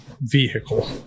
vehicle